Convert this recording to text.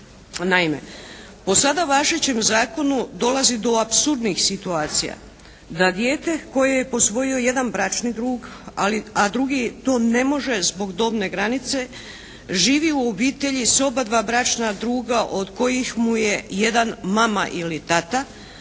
Naime po sada važećem zakonu dolazi do apsurdnih situacija, da dijete koje je posvojio jedan bračni drug, a drugi to ne može zbog dobne granice, živi u obitelji s oba dva bračna druga od kojih mu je jedan mama ili tata,